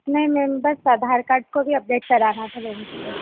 नहीं मैम बस आधार कार्ड को भी अपडेट कराना था बैंक से